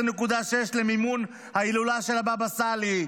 18.6 מיליון למימון ההילולה של הבבא סאלי,